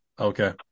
Okay